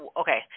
okay